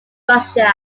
russia